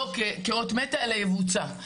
לא כאות מתה אלא יבוצע.